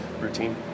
routine